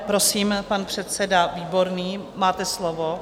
Prosím, pan předseda Výborný, máte slovo.